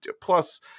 Plus